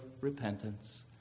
repentance